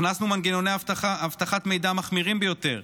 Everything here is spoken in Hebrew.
הכנסנו מנגנוני אבטחת מידע מחמירים ביותר,